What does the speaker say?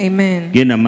Amen